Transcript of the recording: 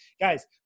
guys